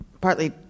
Partly